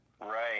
Right